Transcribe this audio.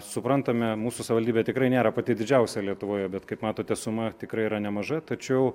suprantame mūsų savivaldybė tikrai nėra pati didžiausia lietuvoje bet kaip matote suma tikrai yra nemaža tačiau